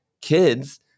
kids